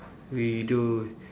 we do